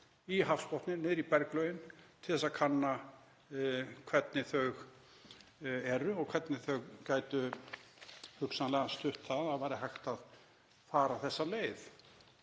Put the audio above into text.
í hafsbotninn, niður í berglögin til þess að kanna hvernig þau eru og hvernig þau gætu hugsanlega stutt það að hægt væri að fara þessa leið.